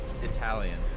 Italian